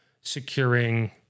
securing